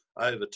over